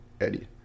Eddie